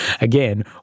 Again